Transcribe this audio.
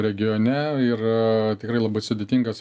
regione yra tikrai labai sudėtingas